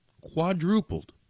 quadrupled